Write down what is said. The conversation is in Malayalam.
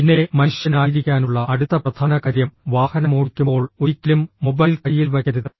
പിന്നെ മനുഷ്യനായിരിക്കാനുള്ള അടുത്ത പ്രധാന കാര്യം വാഹനമോടിക്കുമ്പോൾ ഒരിക്കലും മൊബൈൽ കൈയിൽ വയ്ക്കരുത്